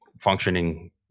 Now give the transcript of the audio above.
functioning